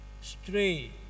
stray